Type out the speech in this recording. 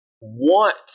want